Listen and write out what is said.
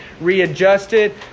readjusted